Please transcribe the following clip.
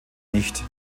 nicht